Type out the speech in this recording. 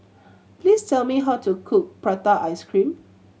please tell me how to cook prata ice cream